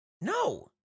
No